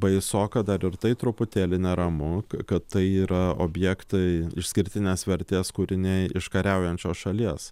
baisoka dar ir tai truputėlį neramu kad tai yra objektai išskirtinės vertės kūriniai iš kariaujančios šalies